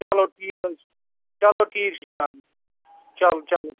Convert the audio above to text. چلو ٹھیٖک حظ چھُ چلو ٹھیٖک چھُ جِناب چلو چلو